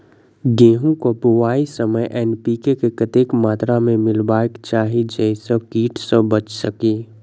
गेंहूँ केँ बुआई समय एन.पी.के कतेक मात्रा मे मिलायबाक चाहि जाहि सँ कीट सँ बचि सकी?